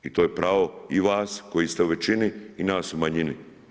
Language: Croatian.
I to je pravo i vas koji ste u većini i nas u manjini.